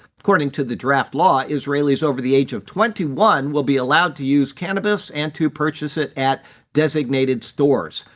according to the draft law, israelis over the age of twenty one will be allowed to use cannabis and to purchase it at designated stores.